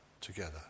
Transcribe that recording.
together